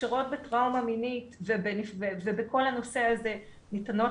הכשרות בטראומה מינית ובכל הנושא הזה ניתנות